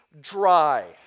dry